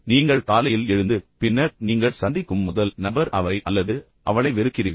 நீங்கள் காலையில் எழுந்து பின்னர் நீங்கள் சந்திக்கும் முதல் நபர் அவரை அல்லது அவளை வெறுக்கிறீர்கள்